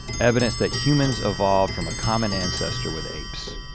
evidence that humans evolved from a common ancestor with apes.